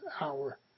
hour